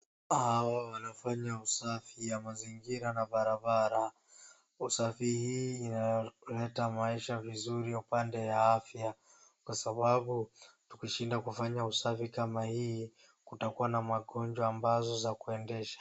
Watu hawa wanafanya usafi ya mazingira na barabara. Usafi hii inaleta maisha vizuri upande ya afya. Kwa sababu tukishinda kufanya usafi kama hii, kutakua na magonjwa ambazo za kuendesha.